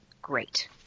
Great